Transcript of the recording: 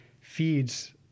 feeds